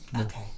Okay